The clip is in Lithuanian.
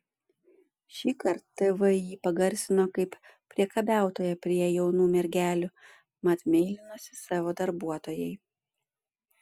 šįkart tv jį pagarsino kaip priekabiautoją prie jaunų mergelių mat meilinosi savo darbuotojai